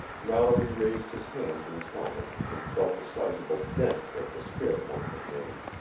mallory raised his hand to his helmet and felt the sizable dent that the spearpoint had made.